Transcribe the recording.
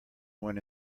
when